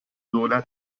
دولت